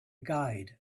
guide